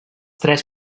tres